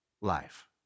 life